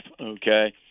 okay